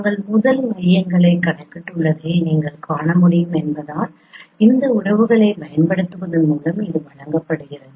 நாங்கள் முதல் மையங்களை கணக்கிட்டுள்ளதை நீங்கள் காண முடியும் என்பதால் இந்த உறவுகளைப் பயன்படுத்துவதன் மூலம் இது வழங்கப்படுகிறது